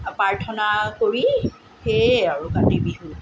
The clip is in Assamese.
প্ৰাৰ্থনা কৰি সেয়ে আৰু কাতি বিহু